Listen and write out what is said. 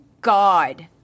God